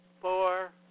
four